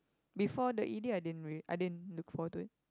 before the E_D I didn't really I didn't look forward to it